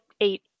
eight